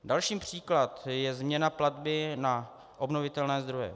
Další příklad je změna platby na obnovitelné zdroje.